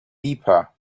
deeper